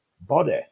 body